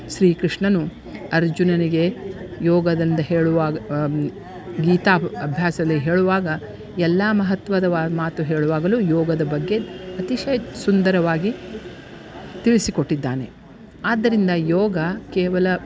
ಶ್ರೀ ಕೃಷ್ಣನು ಅರ್ಜುನನಿಗೆ ಯೋಗದಿಂದ ಹೇಳುವಾಗ ಗೀತಾ ಅಭ್ಯಾಸದಲ್ಲಿ ಹೇಳುವಾಗ ಎಲ್ಲಾ ಮಹತ್ವದವಾ ಮಾತು ಹೇಳುವಾಗಲೂ ಯೋಗದ ಬಗ್ಗೆ ಅತಿಶಯ ಸುಂದರವಾಗಿ ತಿಳಿಸಿ ಕೊಟ್ಟಿದ್ದಾನೆ ಆದ್ದರಿಂದ ಯೋಗ ಕೇವಲ